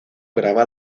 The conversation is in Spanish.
graba